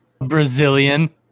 Brazilian